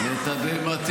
ראית?